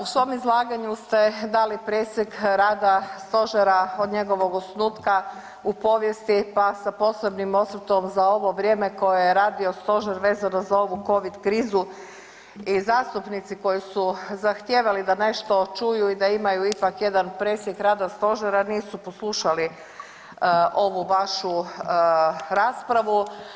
U svom izlaganju ste dali presjek rada Stožera od njegovog osnutka u povijesti, pa sa posebnim osvrtom za ovo vrijeme koje je radio Stožer vezano za ovu COVID krizu i zastupnici koji su zahtijevali da nešto čuju i da imaju ipak jedan presjek rada Stožera nisu poslušali ovu vašu raspravu.